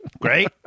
Great